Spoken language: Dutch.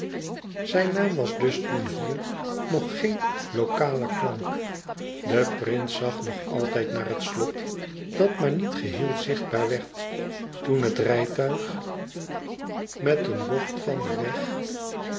zijn naam was dus toen hier nog geen locale klank de prins zag nog altijd naar het slot dat maar niet geheel zichtbaar werd toen het rijtuig met een bocht van den weg